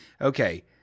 Okay